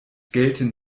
gelten